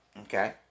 okay